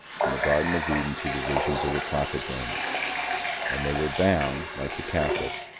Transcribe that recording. the garden of eden to the visions of the prophet daniel and they were bound, like the catholics,